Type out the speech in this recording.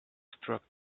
struck